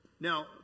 Now